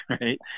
right